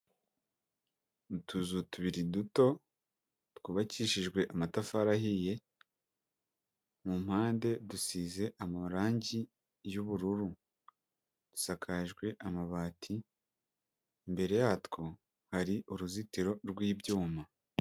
Utuzu tubiri duto twubakishijwe amatafari ahiye mu mpande dusize amarangi y'ubururu dusakajwe amabati, imbere yatwo hari uruzitiro rw'ibyuma.